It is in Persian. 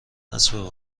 اسب